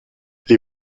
les